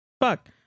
Fuck